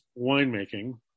winemaking